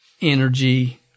energy